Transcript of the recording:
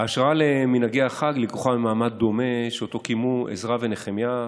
ההשראה למנהגי החג לקוחה ממעמד דומה שאותו קיימו עזרא ונחמיה,